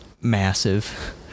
massive